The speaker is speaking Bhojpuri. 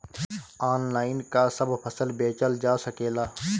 आनलाइन का सब फसल बेचल जा सकेला?